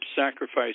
sacrifice